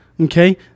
okay